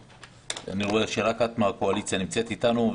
אני רואה שרק עד מהקואליציה נמצאת איתנו,